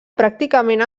pràcticament